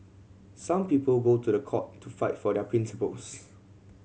some people go to the court to fight for their principles